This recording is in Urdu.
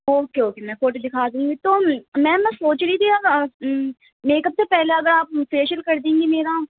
اوکے اوکے میں فوٹو دکھا دوں گی تو میم میں سوچ رہی تھی اگر میکپ سے پہلے اگر آپ فیشِیَل کر دیں گی میرا